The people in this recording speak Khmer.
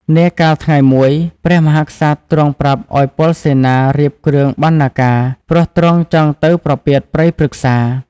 នាកាលថ្ងៃមួយ ព្រះមហាក្សត្រទ្រង់ប្រាប់ឱ្យពលសេនារៀបគ្រឿងបណ្ណាការ ព្រោះទ្រង់ចង់ទៅប្រពាតព្រៃព្រឹក្សា។